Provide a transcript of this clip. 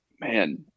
man